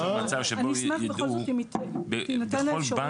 אני אשמח אם בכל זאת תינתן האפשרות,